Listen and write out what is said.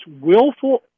willful